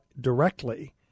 directly